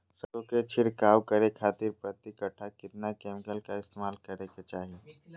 सरसों के छिड़काव करे खातिर प्रति कट्ठा कितना केमिकल का इस्तेमाल करे के चाही?